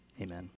Amen